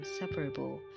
inseparable